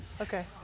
Okay